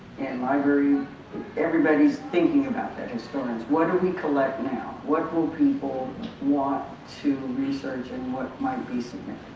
and library everybody's thinking about that, historians. what do we collect now, what will people want to research and what might be so